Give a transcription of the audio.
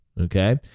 okay